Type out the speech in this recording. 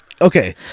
okay